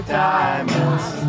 diamonds